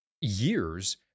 years